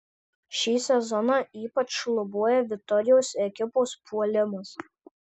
šį sezoną ypač šlubuoja vitorijos ekipos puolimas